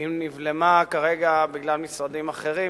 היא נבלמה כרגע בגלל משרדים אחרים,